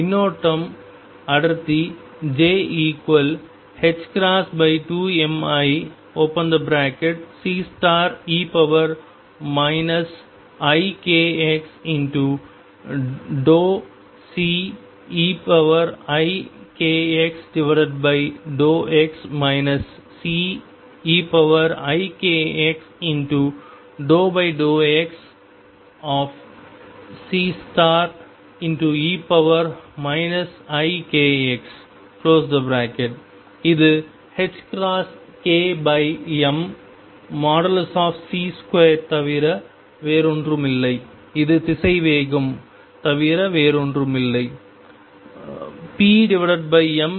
மின்னோட்டம் அடர்த்தி j2miCe ikx∂Ceikx∂x Ceikx∂xCe ikx இது ℏkmC2 ஐத் தவிர வேறொன்றுமில்லை இது திசைவேகம் தவிர வேறொன்றுமில்லை pm ρ